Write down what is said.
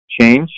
change